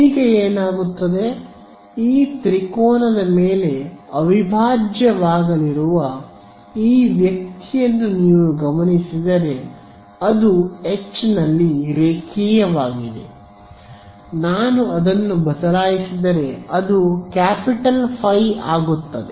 ಈಗ ಏನಾಗುತ್ತದೆ ಈ ತ್ರಿಕೋನದ ಮೇಲೆ ಅವಿಭಾಜ್ಯವಾಗಲಿರುವ ಈ ವ್ಯಕ್ತಿಯನ್ನು ನೀವು ಗಮನಿಸಿದರೆ ಅದು H ನಲ್ಲಿ ರೇಖೀಯವಾಗಿದೆ ನಾನು ಅದನ್ನು ಬದಲಾಯಿಸಿದರೆ ಅದು ಕ್ಯಾಪಿಟಲ್ ಫೈ ಆಗುತ್ತದೆ